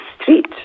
street